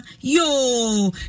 Yo